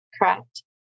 correct